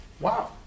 wow